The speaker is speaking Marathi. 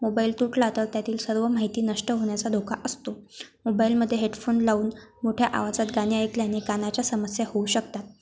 मोबाईल तुटला तर त्यातील सर्व माहिती नष्ट होण्याचा धोका असतो मोबाईलमध्ये हेडफोन लावून मोठ्या आवाजात गाणे ऐकल्याने कानाच्या समस्या होऊ शकतात